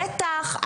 בטח,